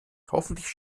hoffentlich